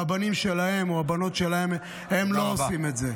והבנים שלהם או הבנות שלהם לא עושים את זה.